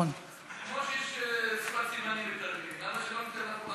כמו שיש שפת סימנים, למה שלא ייתנו לנו.